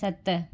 सत